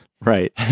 Right